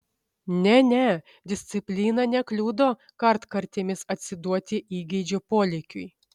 ne ne disciplina nekliudo kartkartėmis atsiduoti įgeidžio polėkiui